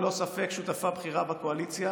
ללא ספק היא שותפה בכירה בקואליציה.